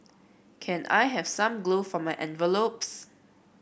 can I have some glue for my envelopes